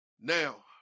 Now